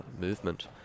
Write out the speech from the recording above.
movement